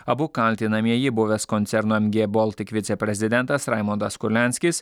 abu kaltinamieji buvęs koncerno mg baltic viceprezidentas raimondas kurlianskis